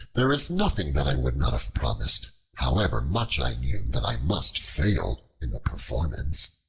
there is nothing that i would not have promised, however much i knew that i must fail in the performance.